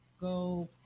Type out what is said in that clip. go